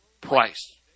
price